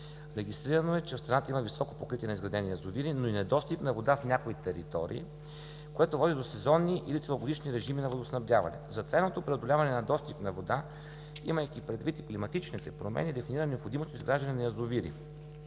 Регистрирано е, че в страната има високо покритие на изградени язовири, но и недостиг на вода в някои територии, което води до сезонни или целогодишни режими на водоснабдяването. За трайното преодоляване на недостиг на вода, имайки предвид и климатичните промени, дефинира необходимост от изграждане на язовири.